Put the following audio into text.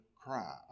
cry